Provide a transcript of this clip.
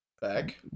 back